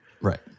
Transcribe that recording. right